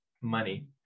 money